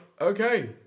okay